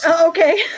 okay